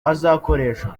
azakoresha